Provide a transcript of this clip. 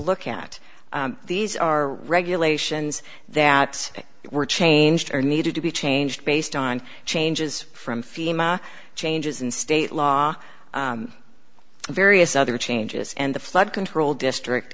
look at these are regulations that were changed or needed to be changed based on changes from fema changes in state law various other changes and the flood control district